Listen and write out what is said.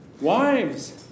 Wives